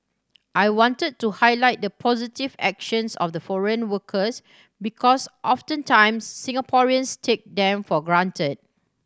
I wanted to highlight the positive actions of the foreign workers because oftentimes Singaporeans take them for granted